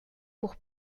pour